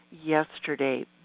yesterday